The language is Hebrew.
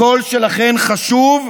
הקול שלכן חשוב,